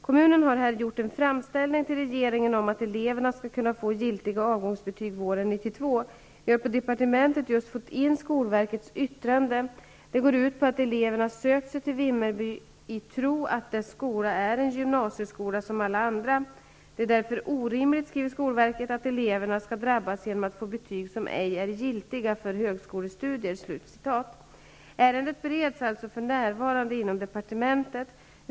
Kommunen har här gjort en framställning till regeringen om att eleverna skall kunna få giltiga avgångsbetyg våren 1992. Vi har på departementet just fått in skolverkets yttrande. Detta går ut på att eleverna sökt sig till Vimmerby ''i tro att dess skola är en gymnasieskola som alla andra. Det är därför orimligt att eleverna skall drabbas genom att få betyg som ej är giltiga för högskolestudier.'' Ärendet bereds alltså för närvarande inom departementet.